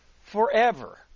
forever